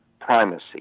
primacy